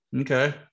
Okay